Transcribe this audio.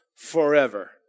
Forever